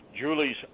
Julie's